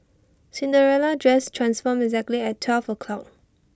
Cinderella's dress transformed exactly at twelve o'clock